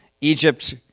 Egypt